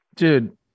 Dude